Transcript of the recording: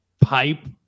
pipe